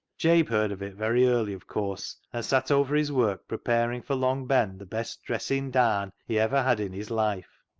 jabe heard of it very early, of course, and sat over his work preparing for long ben the best dressin' daan he ever had in his life.